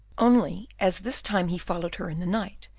only as this time he followed her in the night,